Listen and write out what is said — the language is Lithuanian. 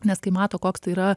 nes kai mato koks tai yra